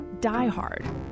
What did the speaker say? Diehard